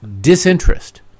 disinterest